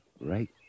Right